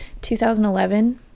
2011